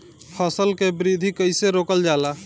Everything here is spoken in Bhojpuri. फसल के वृद्धि कइसे रोकल जाला?